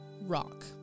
rock